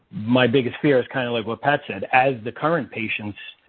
my biggest fear is kind of like what pat said. as the current patients,